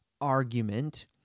argument